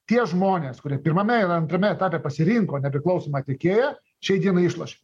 tie žmonės kurie pirmame ir antrame etape pasirinko nepriklausomą tiekėją šiai dienai išlošė